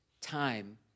time